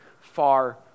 far